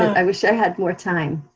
i wish i had more time.